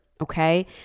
okay